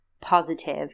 positive